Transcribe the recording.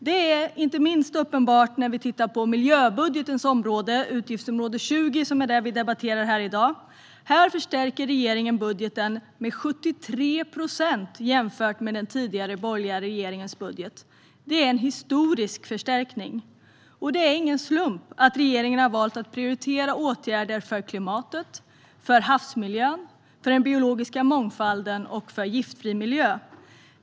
Det är inte minst uppenbart på miljöbudgetens område, utgiftsområde 20, som vi debatterar här i dag. Här förstärker regeringen budgeten med 73 procent jämfört med den tidigare borgerliga regeringens budget. Det är en historisk förstärkning. Och det är ingen slump att regeringen har valt att prioritera åtgärder för klimatet, för havsmiljön, för den biologiska mångfalden och för en giftfri miljö.